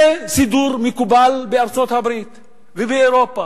זה סידור מקובל בארצות-הברית ובאירופה.